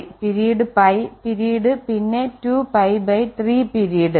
അതിനാൽ 2π പിരീഡ്π പിരീഡ് പിന്നെ 2π3 പിരീഡ്